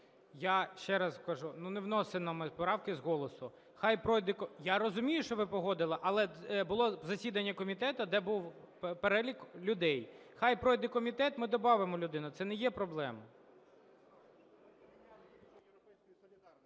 Я ще раз кажу, не вносимо ми правки з голосу. Нехай пройде… Я розумію, що ви погодили. Але було засідання комітету, де був перелік людей. Нехай пройде комітет, ми добавимо людину, це не є проблема.